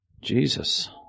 Jesus